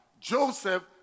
Joseph